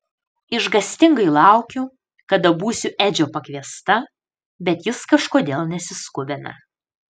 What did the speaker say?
išgąstingai laukiu kada būsiu edžio pakviesta bet jis kažkodėl nesiskubina